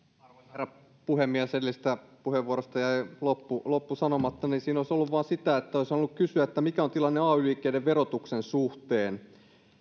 herra puhemies edellisestä puheenvuorostani jäi loppu loppu sanomatta siinä olisi ollut vain sitä että olisin halunnut kysyä mikä on tilanne ay liikkeen verotuksen suhteen